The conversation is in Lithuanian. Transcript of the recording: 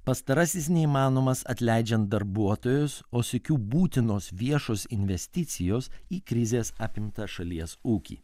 pastarasis neįmanomas atleidžiant darbuotojus o sykiu būtinos viešos investicijos į krizės apimtą šalies ūkį